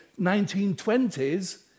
1920s